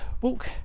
Walk